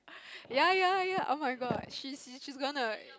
yea yea yea oh-my-god she's she's gonna